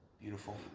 Beautiful